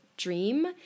dream